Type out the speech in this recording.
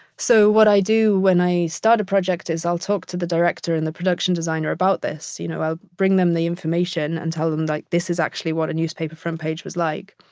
so what i do when i start a project is i'll talk to the director and the production designer about this. you know, i'll bring them the information and tell them like, this is actually what a newspaper front page was like,